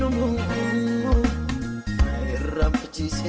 no my